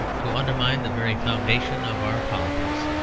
to undermine the very foundations of our politics.